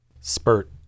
spurt